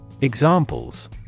Examples